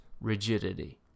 rigidity